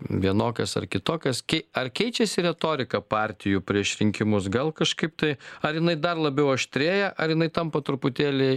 vienokias ar kitokias kei ar keičiasi retorika partijų prieš rinkimus gal kažkaip tai ar jinai dar labiau aštrėja ar jinai tampa truputėlį